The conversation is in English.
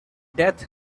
death